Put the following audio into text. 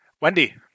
Wendy